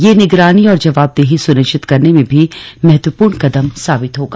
यह निगरानी और जवाबदेही सुनिश्चित करने में भी महत्वपूर्ण कदम साबित होगा